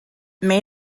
may